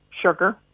sugar